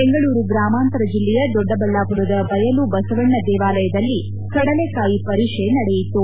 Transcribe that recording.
ಬೆಂಗಳೂರು ಗ್ರಾಮಾಂತರ ಜೆಲ್ಲೆಯ ದೊಡ್ಡಬಳ್ಳಾಪುರದ ಬಯಲು ಬಸವಣ್ಣ ದೇವಾಲಯದಲ್ಲಿ ಕಡಲೆಕಾಯಿ ಪರಿಷೆ ನಡೆಯಿತು